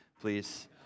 please